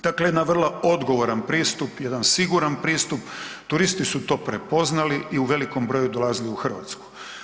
Dakle, jedan vrlo odgovoran pristup, jedan siguran pristup turisti su to prepoznali i velikom broju dolazili u Hrvatsku.